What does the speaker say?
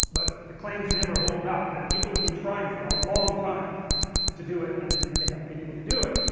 but the claims never hold up, and people have been trying for a long time to do it, and then haven't been able to do it,